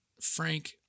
Frank